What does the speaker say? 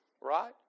Right